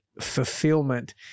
fulfillment